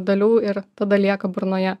dalių ir tada lieka burnoje